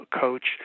coach